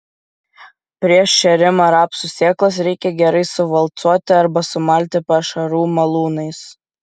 prieš šėrimą rapsų sėklas reikia gerai suvalcuoti arba sumalti pašarų malūnais